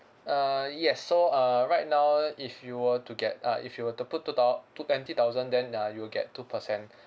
uh yes so uh right now if you were to get uh if you were to put two thou~ put twenty thousand then uh you will get two percent